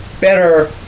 better